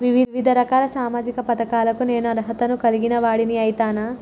వివిధ రకాల సామాజిక పథకాలకు నేను అర్హత ను కలిగిన వాడిని అయితనా?